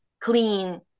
clean